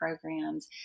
programs